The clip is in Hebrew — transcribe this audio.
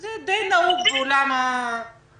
זה די נהוג בעולם העכשווי.